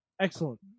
excellent